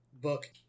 book